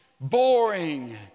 boring